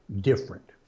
different